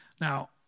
Now